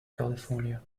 california